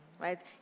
right